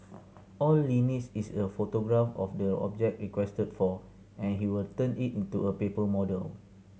all Li needs is a photograph of the object requested for and he will turn it into a paper model